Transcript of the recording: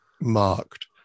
marked